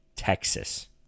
Texas